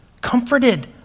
comforted